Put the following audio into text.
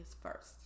first